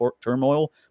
turmoil